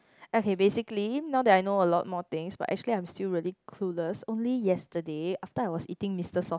okay basically now that I know a lot more things but actually I'm still really clueless only yesterday after I was eating Mister Sof~